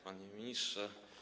Panie Ministrze!